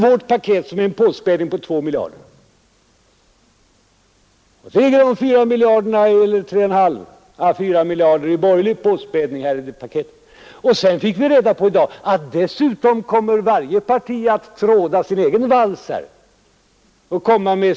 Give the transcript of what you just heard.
Vårt paket innebär en påspädning med 2 miljarder kronor, och det borgerliga förslaget betyder ytterligare 3,5—4 miljarder kronor. I dag fick vi reda på att varje parti dessutom kommer att tråda sin egen vals.